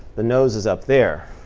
the nose is up there.